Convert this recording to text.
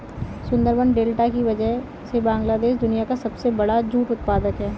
Sundarban delta की वजह से बांग्लादेश दुनिया का सबसे बड़ा जूट उत्पादक है